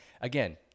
again